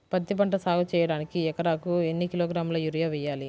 పత్తిపంట సాగు చేయడానికి ఎకరాలకు ఎన్ని కిలోగ్రాముల యూరియా వేయాలి?